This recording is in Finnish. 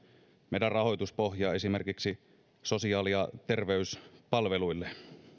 meidän rahoituspohjaamme esimerkiksi sosiaali ja terveyspalveluille